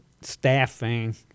staffing